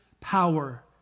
power